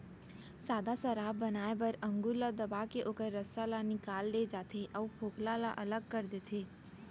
सादा सराब बनाए बर अंगुर ल दबाके ओखर रसा ल निकाल ले जाथे अउ फोकला ल अलग कर देथे